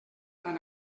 tan